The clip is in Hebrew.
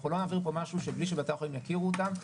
אנחנו לא נעביר פה משהו בלי שבתי החולים יכירו אותם,